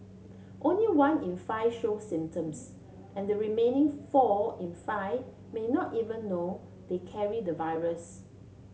only one in five show symptoms and the remaining four in five may not even know they carry the virus